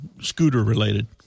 scooter-related